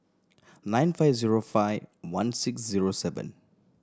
nine five zero five one six zero seven